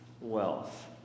wealth